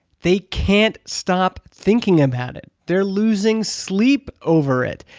they can't stop thinking about it! they're losing sleep over it!